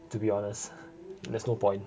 to be honest there's no point